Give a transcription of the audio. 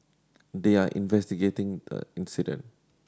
they are investigating the incident